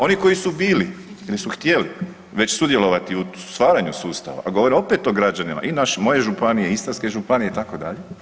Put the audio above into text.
Oni koji su bili ili su htjeli već sudjelovati u stvaranju sustava, a govorim opet o građanima i moje županije, Istarske županije itd.